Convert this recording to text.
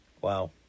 Wow